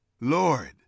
Lord